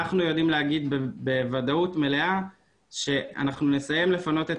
אנחנו יודעים להגיד בוודאות מלאה שאנחנו נסיים לפנות את